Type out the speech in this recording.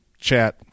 chat